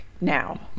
now